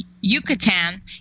Yucatan